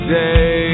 day